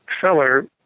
seller